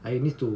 I will need to